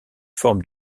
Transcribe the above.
forme